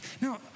Now